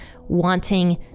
wanting